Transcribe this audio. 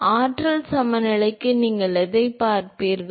எனவே ஆற்றல் சமநிலைக்கு நீங்கள் எதைப் பார்ப்பீர்கள்